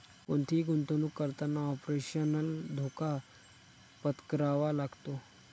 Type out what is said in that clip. कोणतीही गुंतवणुक करताना ऑपरेशनल धोका पत्करावा लागतो